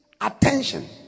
attention